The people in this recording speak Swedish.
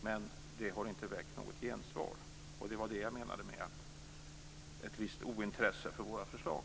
Men det har inte väckt något gensvar. Det var det jag menade med ett visst ointresse för våra förslag.